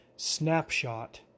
Snapshot